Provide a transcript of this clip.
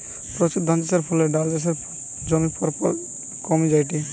প্রচুর ধানচাষের ফলে ডাল চাষের জমি পরপর কমি জায়ঠে